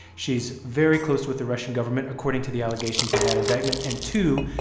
she's very close with the russian government, according to the allegations in that indictment. and, two,